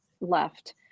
left